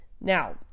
Now